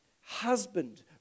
husband